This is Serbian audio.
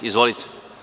Izvolite.